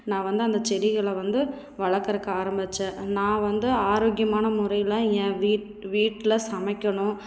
நான் வந்து அந்த செடிகளை வந்து வளர்க்குறக்கு ஆரம்மிச்சேன் நான் வந்து ஆரோக்கியமான முறையில் என் வீட்டில் சமைக்கணும்